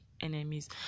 enemies